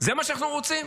זה מה שאנחנו רוצים?